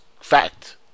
fact